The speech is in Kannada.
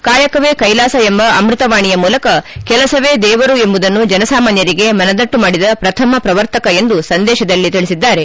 ಕಾಯಕವೇ ಕೈಲಾಸ ಎಂಬ ಅಮೃತ ವಾಣಿಯ ಮೂಲಕ ಕೆಲಸವೇ ದೇವರು ಎಂಬುದನ್ನು ಜನ ಸಾಮಾನ್ಯರಿಗೆ ಮನದಟ್ಟು ಮಾಡಿದ ಪ್ರಥಮ ಪ್ರವರ್ತಕ ಎಂದು ಸಂದೇತದಲ್ಲಿ ತಿಳಿಸಿದ್ದಾರೆ